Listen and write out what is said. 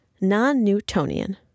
Non-Newtonian